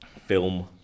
Film